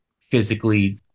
physically